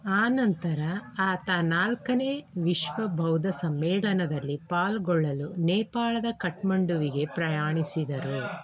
ಆ ನಂತರ ಆತ ನಾಲ್ಕನೇ ವಿಶ್ವ ಬೌದ್ಧ ಸಮ್ಮೇಳನದಲ್ಲಿ ಪಾಲ್ಗೊಳ್ಳಲು ನೇಪಾಳದ ಕಟ್ಮಂಡುವಿಗೆ ಪ್ರಯಾಣಿಸಿದರು